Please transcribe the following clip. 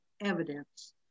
evidence